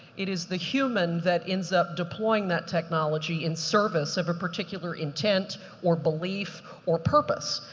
it is the human that ends up deploying that technology in service of a particular intent or belief or purpose.